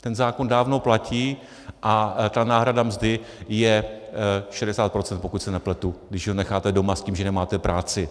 Ten zákon dávno platí a ta náhrada mzdy je 60 %, pokud se nepletu, když ho necháte doma s tím, že nemáte práci.